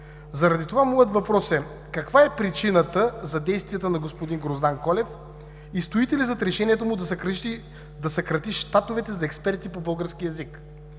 Заради това моят въпрос е: каква е причината за действията на господин Гроздан Колев и стоите ли зад решението му да съкрати щатовете за експерти по български език?